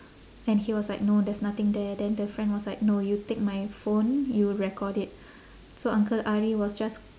and he was like no there's nothing there then the friend was like no you take my phone you record it so uncle ari was just